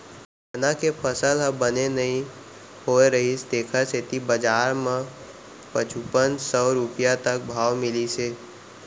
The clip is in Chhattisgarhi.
चना के फसल ह बने नइ होए रहिस तेखर सेती बजार म पचुपन सव रूपिया तक भाव मिलिस हे